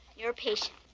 you're a patient.